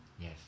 Yes